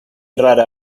rara